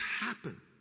happen